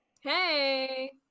Hey